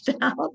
out